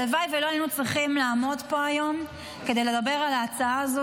הלוואי שלא היינו צריכים לעמוד פה היום כדי לדבר על ההצעה הזו